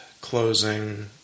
closing